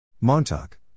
Montauk